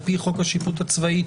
על פי חוק השיפוט הצבאי,